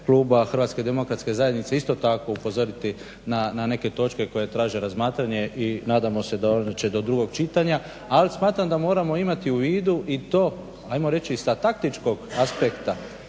Hrvatske demokratske zajednice isto tako upozoriti na neke točke koje traže razmatranje i nadamo se da …/Govornik se ne razumije./… do drugog čitanja, ali smatram da moramo imati u vidu i to ajmo reći sa taktičkog aspekta